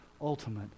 ultimate